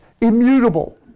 immutable